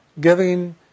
giving